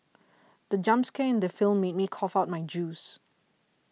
the jump scare in the film made me cough out my juice